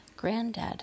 Granddad